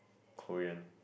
Korean